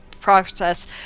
process